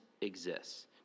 exists